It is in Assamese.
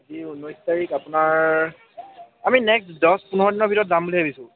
আজি ঊনৈছ তাৰিখ আপোনাৰ আমি নেক্সট দছ পোন্ধৰ দিনৰ ভিতৰত যাম বুলি ভাবিছোঁ